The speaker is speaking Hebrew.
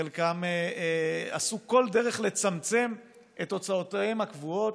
חלקם עשו כל דרך לצמצם את הוצאותיהם הקבועות,